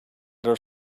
their